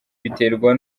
biterwa